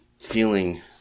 feeling